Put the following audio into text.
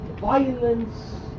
violence